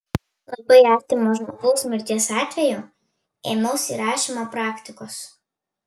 labai artimo žmogaus mirties atveju ėmiausi rašymo praktikos